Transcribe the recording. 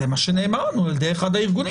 זה מה שנאמר לנו על ידי אחד הארגונים.